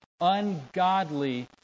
ungodly